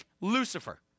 Lucifer